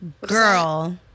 Girl